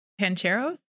Pancheros